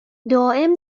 دائم